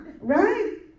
right